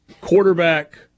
quarterback